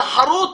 תחרות